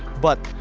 but,